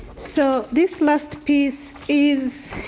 so, this last piece is,